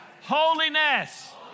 Holiness